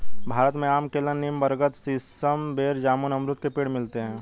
भारत में आम केला नीम बरगद सीसम बेर जामुन अमरुद के पेड़ मिलते है